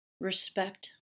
respect